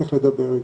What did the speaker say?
איך לדבר איתו.